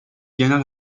genel